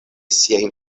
siajn